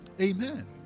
Amen